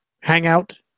hangout